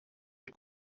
est